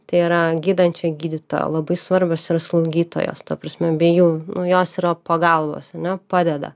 tai yra gydančio gydytojo labai svarbios yra slaugytojos ta prasme bei jų nu jos tai yra pagalbos ar ne padeda